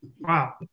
Wow